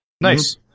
Nice